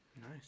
Nice